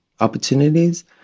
opportunities